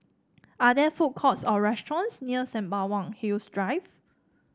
are there food courts or restaurants near Sembawang Hills Drive